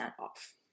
off